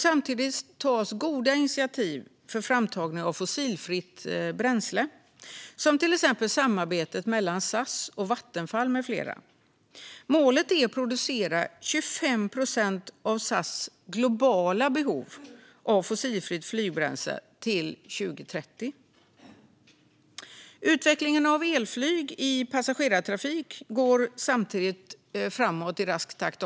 Samtidigt tas goda initiativ för framtagning av fossilfritt bränsle - till exempel samarbetet mellan SAS och Vattenfall med flera. Målet är att producera 25 procent av SAS globala behov av fossilfritt flygbränsle till 2030. Utvecklingen av elflyg i passagerartrafik går samtidigt framåt i rask takt.